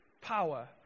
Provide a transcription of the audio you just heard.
power